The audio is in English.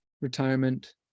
retirement